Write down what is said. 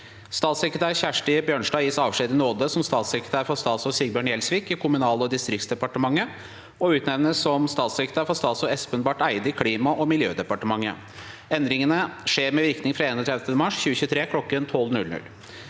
Statssekretær Kjersti Bjørnstad gis avskjed i nåde som statssekretær for statsråd Sigbjørn Gjelsvik i Kommunal- og distriktsdepartementet, og utnevnes som statssekretær for statsråd Espen Barth Eide i Klima- og miljødepartementet. Endringen skjer med virkning fra 31. mars 2023 kl. 12.00.